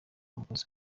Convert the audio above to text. umugozi